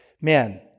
man